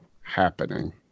happening